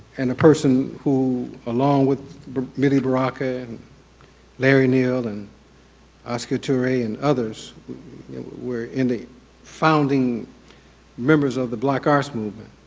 and a person who along with amiri baraka, and larry neil, and oscar torre and others were in the founding members of the black arts movement.